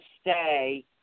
stay